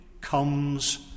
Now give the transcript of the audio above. comes